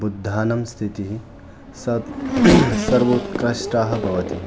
बुद्धानं स्थितिः सद् सर्वोत्कृष्टः भवति